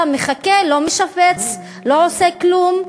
אתה מחכה, לא משפץ, לא עושה כלום.